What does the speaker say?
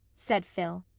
said phil.